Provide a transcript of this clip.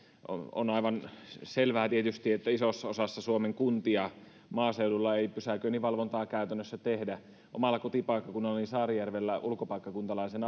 on aivan selvää tietysti että isossa osassa suomen kuntia maaseudulla ei pysäköinninvalvontaa käytännössä tehdä omalla kotipaikkakunnallani saarijärvellä ulkopaikkakuntalaisen